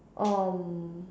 um